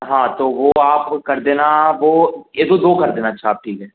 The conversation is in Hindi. हाँ तो वो आप कर देना वो ये दो दो कर देना अच्छा अब ठीक है